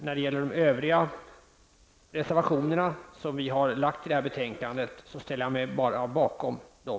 När det gäller de övriga reservationerna som vi framlagt i detta betänkande ställer jag mig bara bakom dem.